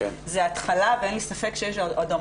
כבר היום קיבלתי הודעה ממשרד הבריאות שקמה ועדה בשיתוף עם